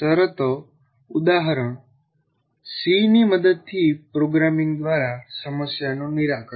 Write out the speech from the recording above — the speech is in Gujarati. શરતો ઉદાહરણ સી ની મદદથી પ્રોગ્રામિંગ દ્વારા સમસ્યાનું નિરાકરણ